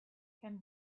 can